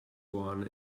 one